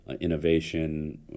innovation